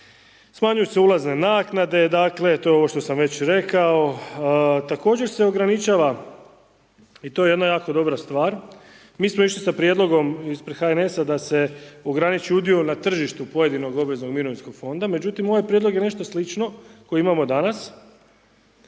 Smanjuju se ulazne naknade, to je ovo što sam već rekao, također se ograničava i to je jako dobra stvar, mi smo išli sa prijedlogom ispred HNS-a da se ograniči udio na tržištu pojedinog obveznog mirovinskog fonda, međutim, ovaj prijedlog je nešto slično koji imamo danas,